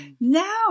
Now